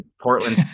Portland